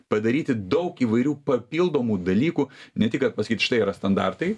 padaryti daug įvairių papildomų dalykų ne tik kad pasakyt štai yra standartai